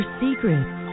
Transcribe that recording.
secrets